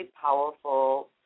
powerful